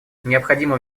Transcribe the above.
необходимо